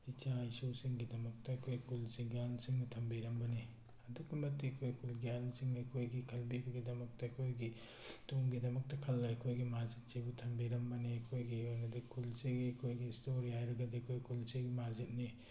ꯏꯆꯥ ꯏꯁꯨ ꯁꯤꯡꯒꯤꯗꯃꯛꯇ ꯑꯩꯈꯣꯏꯒꯤ ꯈꯨꯜꯁꯤꯒꯤ ꯑꯍꯜ ꯁꯤꯡꯅ ꯊꯝꯕꯤꯔꯝꯕꯅꯤ ꯑꯗꯨꯛꯀꯤ ꯃꯇꯤꯛ ꯑꯩꯈꯣꯏꯒꯤ ꯑꯍꯜ ꯁꯤꯡꯅ ꯑꯩꯈꯣꯏꯒꯤ ꯈꯟꯕꯤꯕꯒꯤꯗꯃꯛꯇ ꯑꯩꯈꯣꯏꯒꯤ ꯇꯨꯡꯒꯤꯗꯃꯛꯇ ꯈꯜꯂꯒ ꯑꯩꯈꯣꯏꯒꯤ ꯃꯁꯖꯤꯠꯁꯤꯕꯨ ꯊꯝꯕꯤꯔꯝꯕꯅꯤ ꯑꯩꯈꯣꯏꯒꯤ ꯑꯣꯏꯅꯗꯤ ꯈꯨꯜꯁꯤꯒꯤ ꯑꯩꯈꯣꯏꯒꯤ ꯏꯁꯇꯣꯔꯤ ꯍꯥꯏꯔꯒꯗꯤ ꯑꯩꯈꯣꯏ ꯈꯨꯜꯁꯤꯒꯤ ꯃꯁꯖꯤꯠꯅꯤ